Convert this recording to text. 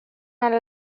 على